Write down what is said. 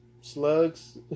slugs